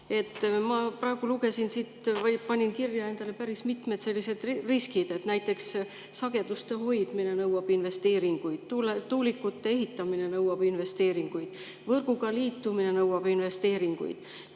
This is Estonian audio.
Ma praegu panin endale kirja päris mitmed sellised riskid. Näiteks, sageduste hoidmine nõuab investeeringuid, tuulikute ehitamine nõuab investeeringuid, võrguga liitumine nõuab investeeringuid.